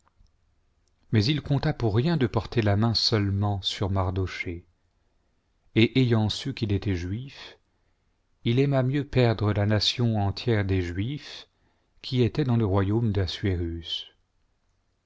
mais il compta pour rien de porter la main seulement sur mardochée et ayant su qu'il était juif il aima mieux perdre la nation entière des juifs qui étaient dans le royaume d'assuérus